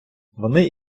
вони